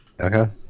Okay